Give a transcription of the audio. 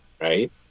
right